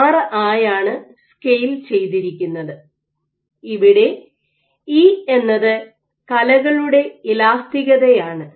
6 ആയാണ് സ്കെയിൽ ചെയ്തിരിക്കുന്നത് ഇവിടെ ഇ എന്നത് കലകളുടെ ഇലാസ്റ്റികത ആണ്